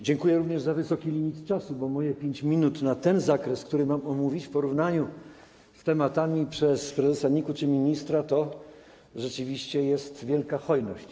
Dziękuję również za wysoki limit czasu, bo moje 5 minut na ten zakres, który mam omówić, w porównaniu z tematami omawianymi przez prezesa NIK-u czy ministra to rzeczywiście jest wielka hojność.